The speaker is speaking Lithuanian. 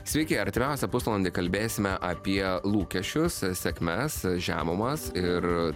sveiki artimiausią pusvalandį kalbėsime apie lūkesčius sėkmes žemumas ir